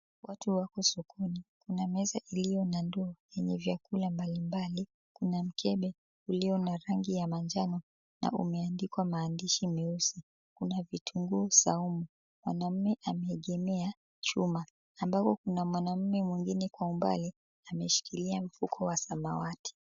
Watu wako sokoni na meza iliyo na ndoo yenye vyakula mbalimbali kuna mkebe uliyo na rangi ya manjano na umeandikwa maandishi meusi. Kuna vitunguu saumu. Mwanamume ameegemea chuma kuna ambako kuna mwanamume mwengine kwa umbali ameshikilia mfuko wa samawati.